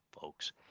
folks